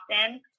often